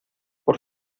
por